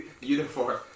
Uniform